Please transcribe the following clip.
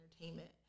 entertainment